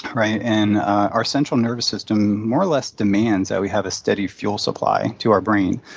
right? and our central nervous system more or less demands that we have a steady fuel supply to our brain.